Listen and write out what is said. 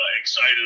excited